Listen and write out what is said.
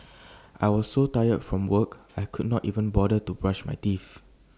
I was so tired from work I could not even bother to brush my teeth